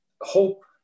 hope